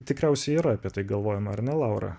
tikriausiai yra apie tai galvojama ane laura